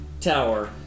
tower